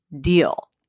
deal